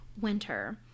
winter